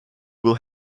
will